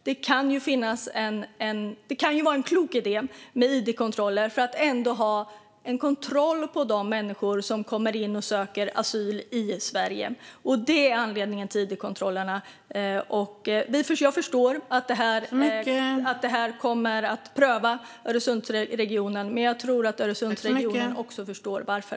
Det kan vara en klok idé med id-kontroller för att ändå ha en kontroll på de människor som söker asyl i Sverige. Det är anledningen till id-kontrollerna. Jag förstår att det här kommer att vara en prövning för Öresundsregionen, men jag tror att Öresundsregionen också förstår varför.